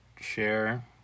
share